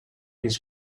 his